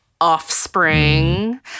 offspring